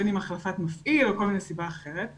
בין אם החלפת מפעיל או סיבה אחרת,